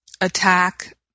attack